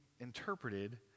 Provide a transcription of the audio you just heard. interpreted